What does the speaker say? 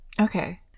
Okay